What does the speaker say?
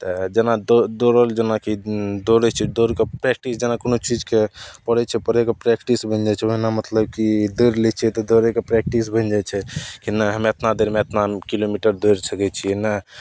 तऽ जेना दौड़ दौड़ल जेनाकि दौड़य छियै दौड़के प्रैक्टीस जेना कोनो चीजके करय छियै करयके प्रैक्टीस मिलय छै ओना मतलब की दौड़ लै छियै तऽ दौड़यके प्रैक्टीस बनि जाइ छै की नहि हम एतना देरमे एतना किलोमीटर दोड़ि सकय छियै नहि